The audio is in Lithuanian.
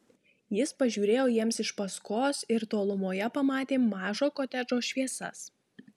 jis pažiūrėjo jiems iš paskos ir tolumoje pamatė mažo kotedžo šviesas